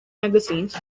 magazines